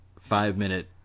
five-minute